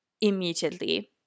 immediately